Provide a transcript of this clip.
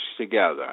together